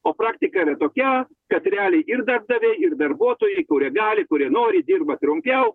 o praktika yra tokia kad realiai ir darbdaviai ir darbuotojai kurie gali kurie nori dirba trumpiau